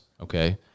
okay